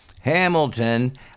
Hamilton